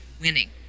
winning